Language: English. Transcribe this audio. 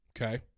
okay